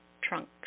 trunks